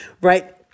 Right